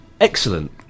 excellent